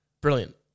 Brilliant